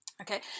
okay